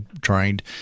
trained